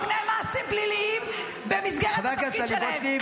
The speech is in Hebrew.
-- מפני מעשים פליליים במסגרת התפקיד שלהם,